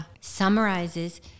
summarizes